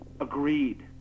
agreed